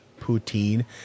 poutine